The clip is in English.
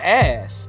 ass